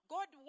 God